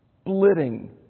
splitting